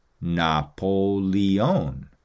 Napoleon